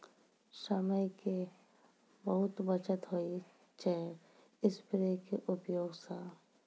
समय के बहुत बचत होय छै स्प्रेयर के उपयोग स